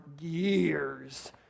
years